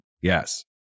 yes